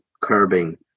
curbing